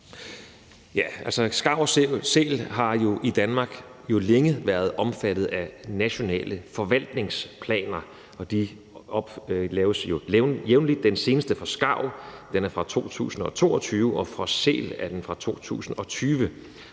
Skarv og sæl har i Danmark længe været omfattet af nationale forvaltningsplaner, og de laves jo jævnligt. Den seneste for skarv er fra 2022, og den for sæl er fra 2020.